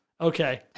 Okay